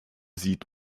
sieht